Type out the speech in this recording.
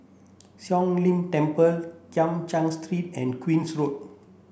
Siong Lim Temple Kim Cheng Street and Queen's Road